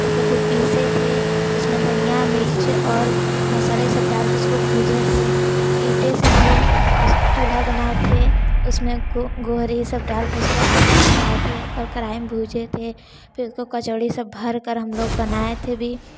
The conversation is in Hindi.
उसको फिर पीसे थे उसमें धनिया मिर्च और मसाले ये सब डालके उसको भूजे थे ईंटों से हम लोग उस चूल्हा बनाए थे उसमें गोहर ई सब डालकर उसको आग भी धाराए थे और कढ़ाई में भूजे थे फिर उसको कचौड़ी सब भरकर हम लोग बनाए थे भी